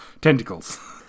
tentacles